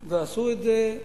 ועשו את זה.